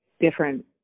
different